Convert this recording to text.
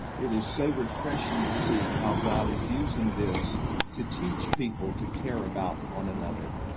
it is so refreshing to see how god is using this to teach people to care about one another.